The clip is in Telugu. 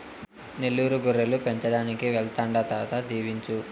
నెల్లూరు గొర్రెలు పెంచడానికి వెళ్తాండా తాత దీవించు